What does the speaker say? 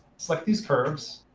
like these curves,